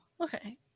okay